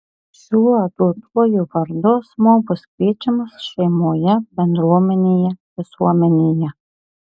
šiuo duotuoju vardu asmuo bus kviečiamas šeimoje bendruomenėje visuomenėje